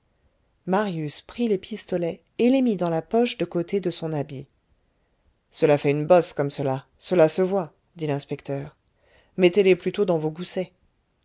marius prit les pistolets et les mit dans la poche de côté de son habit cela fait une bosse comme cela cela se voit dit l'inspecteur mettez-les plutôt dans vos goussets